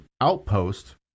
outpost